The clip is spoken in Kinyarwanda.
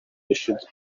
rishinzwe